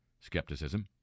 skepticism